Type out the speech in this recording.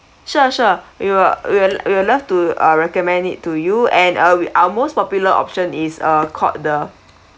sure sure we will we'll we'll love to uh recommend it to you and we our most popular option is uh called the